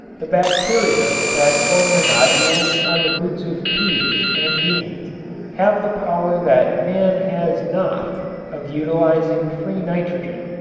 the bacteria that form the nodules on the roots of peas and beans have the power that man has not of utilizing free nitrogen.